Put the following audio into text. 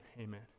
amen